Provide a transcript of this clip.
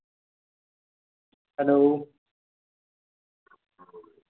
hello